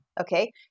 okay